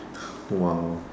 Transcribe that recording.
!wow!